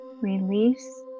release